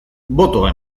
botoa